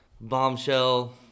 Bombshell